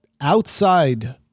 outside